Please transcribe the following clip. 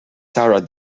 sarah